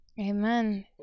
Amen